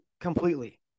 completely